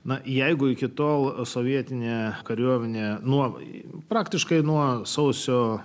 na jeigu iki tol sovietinę kariuomenę nuomai praktiškai nuo sausio